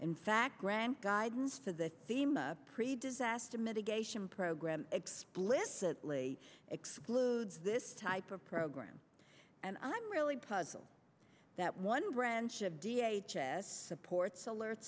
in fact grant guidance to the theme of pre disaster mitigation program explicitly excludes this type of program and i'm really puzzled that one branch of d h s supports alert